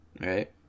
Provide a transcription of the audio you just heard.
Right